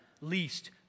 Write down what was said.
least